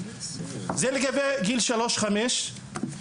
זה לגבי גילאי שלוש עד חמש.